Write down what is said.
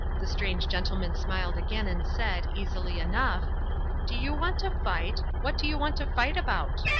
the strange gentleman smiled again and said, easily enough do you want to fight? what do you want to fight about?